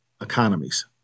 economies